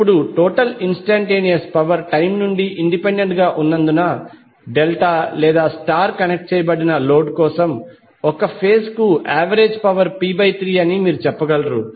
ఇప్పుడు total instantaneous power time నుండి independent గా ఉన్నందున డెల్టా లేదా స్టార్ కనెక్ట్ చేయబడిన లోడ్ కోసం ఒక ఫేజ్ కు యావరేజ్ పవర్ p 3 అని మీరు చెప్పగలరు